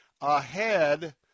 ahead